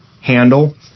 handle